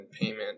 payment